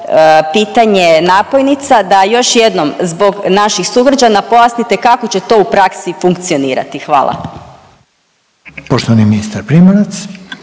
pitanje napojnica da još jednom zbog naših sugrađana pojasnite kako će to u praksi funkcionirati. Hvala. **Reiner,